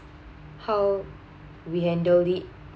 how we handle it